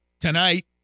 Tonight